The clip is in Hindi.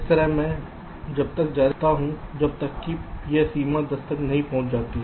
इस तरह मैं तब तक जारी रहता हूं जब तक कि यह सीमा 10 तक नहीं पहुंच जाती